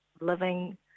living